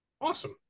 awesome